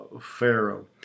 pharaoh